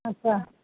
अच्छा